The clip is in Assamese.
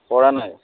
কৰা নাই